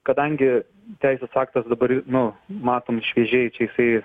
kadangi teisės aktas dabar nu matom šviežiai čia jisai